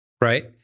right